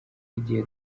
igihe